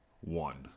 one